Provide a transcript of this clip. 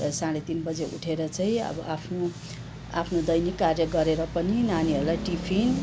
साँढ़े तिन बजी उठेर चाहिँ अब आफ्नो आफ्नो दैनिक कार्य गरेर पनि नानीहरूलाई टिफिन